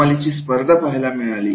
कमालीची स्पर्धा पाहायला मिळाली